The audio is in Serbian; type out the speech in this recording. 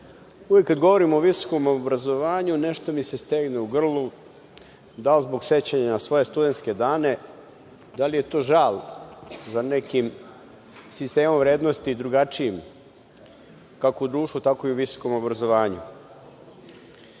uvek kada govorimo o visokom obrazovanju nešto mi se stegne u grlu, da li zbog sećanja na svoje studentske dane, da li je to žal za nekim sistemom vrednosti drugačijim, kako u društvu, tako i u visokom obrazovanju. Stara